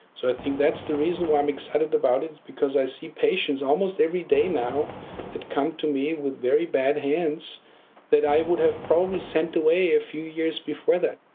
so i think that's the reason why i'm excited about it, because i see patients almost every day now that come to me with very bad hands that i would have probably sent away a few years before that.